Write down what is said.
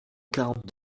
quarante